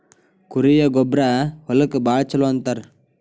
ಕುರಿಯ ಗೊಬ್ಬರಾ ಹೊಲಕ್ಕ ಭಾಳ ಚುಲೊ ಅಂತಾರ